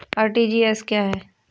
RTGS क्या है?